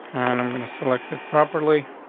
and i'm going to select it properly.